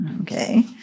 Okay